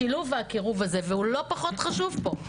השילוב והקירוב הזה הוא לא פחות חשוב פה.